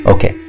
Okay